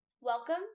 Welcome